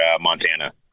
Montana